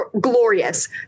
glorious